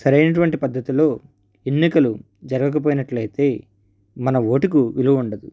సరైనటువంటి పద్ధతిలో ఎన్నికలు జరగకపోయినట్లయితే మన ఓటుకు విలువ ఉండదు